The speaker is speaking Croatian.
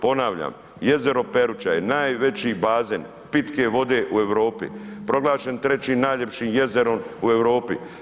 Ponavljam jezero Peruća je najveći bazen pitke vode u Europi, proglašen trećim najljepišim jezerom u Europi.